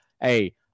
hey